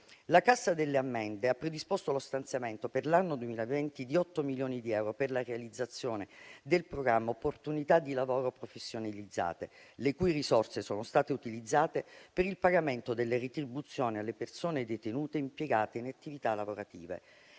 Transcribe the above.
La Cassa delle ammende ha predisposto lo stanziamento, per l'anno 2024, di otto milioni di euro per la realizzazione del programma "Opportunità di lavoro professionalizzante", le cui risorse sono state utilizzate per il pagamento delle retribuzioni alle persone detenute impiegate in attività lavorative.